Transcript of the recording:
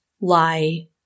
lie